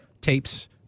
tapes